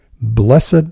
Blessed